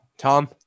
Tom